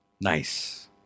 nice